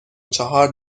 چهار